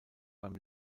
beim